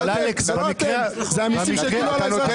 זה המיסים שהטילו על האזרחים.